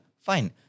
fine